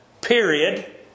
period